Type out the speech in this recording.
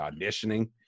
auditioning